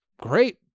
great